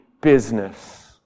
business